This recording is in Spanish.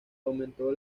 aumentó